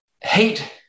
hate